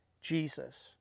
Jesus